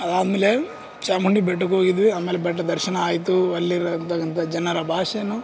ಅದಾದಮೇಲೆ ಚಾಮುಂಡಿ ಬೆಟ್ಟಕ್ಕೆ ಹೋಗಿದ್ವಿ ಆಮೇಲೆ ಬೆಟ್ಟದ ದರ್ಶನ ಆಯಿತು ಅಲ್ಲಿರ್ತಕ್ಕಂಥ ಜನರ ಭಾಷೆನೂ